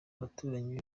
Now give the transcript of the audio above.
baturanyi